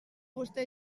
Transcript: vostè